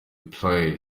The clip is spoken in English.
play